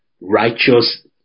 righteous